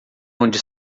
onde